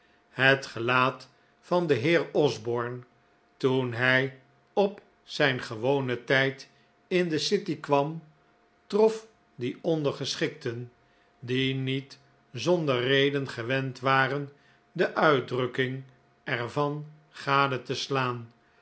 het gelaat van den heer osborne toen hij op den gewonen tijd in de city kwam trof die ondergeschikten die niet zonder reden gewend waren de uitdrukking er van gade te slaan